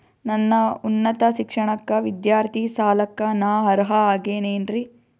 ನನ್ನ ಉನ್ನತ ಶಿಕ್ಷಣಕ್ಕ ವಿದ್ಯಾರ್ಥಿ ಸಾಲಕ್ಕ ನಾ ಅರ್ಹ ಆಗೇನೇನರಿ?